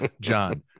John